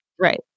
Right